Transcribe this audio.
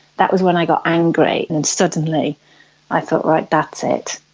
that was when i got angry, and and suddenly i thought, right, that's it,